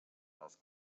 les